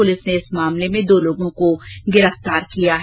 police ने इस मामले में दो लोगों को गिरफ्तार किया है